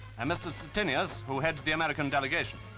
and mr. stettinius, who heads the american delegation.